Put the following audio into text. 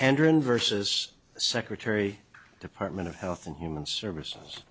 andren versus secretary department of health and human services